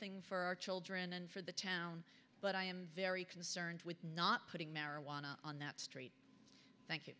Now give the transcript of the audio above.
thing for our children and for the town but i am very concerned with not putting marijuana on that street thank you